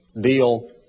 deal